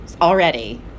already